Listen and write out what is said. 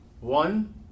One